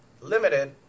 limited